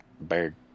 bird